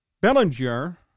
Bellinger